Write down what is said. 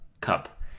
cup